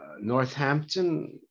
Northampton